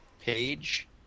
page